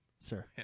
sir